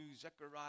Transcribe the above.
Zechariah